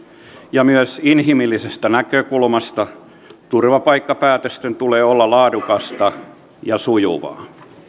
ja myös inhimillisestä näkökulmasta turvapaikkapäätöksenteon tulee olla laadukasta ja sujuvaa